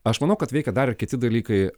aš manau kad veikia dar kiti dalykai